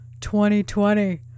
2020